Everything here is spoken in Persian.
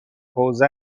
حوزه